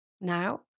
Now